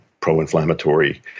pro-inflammatory